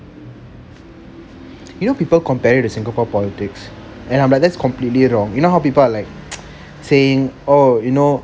you know people compare it to singapore politics and I'm like that's completely wrong you know how people are like saying oh you know